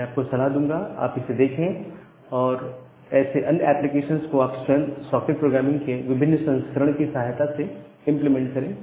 मैं आपको सलाह दूंगा आप इसे देखें और ऐसे अन्य एप्लीकेशंस को आप स्वयं सॉकेट प्रोग्रामिंग के विभिन्न संस्करण की सहायता से इंप्लीमेंट करें